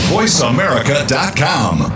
VoiceAmerica.com